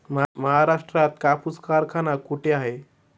महाराष्ट्रात कापूस कारखाना कुठे आहे?